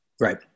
right